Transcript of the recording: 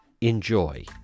enjoy